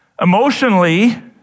Emotionally